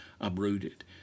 uprooted